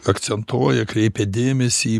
akcentuoja kreipia dėmesį į